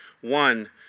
One